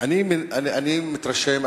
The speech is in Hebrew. אני מתרשם,